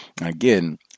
again